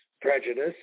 prejudice